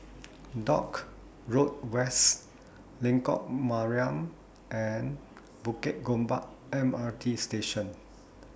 Dock Road West Lengkok Mariam and Bukit Gombak M R T Station